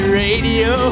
radio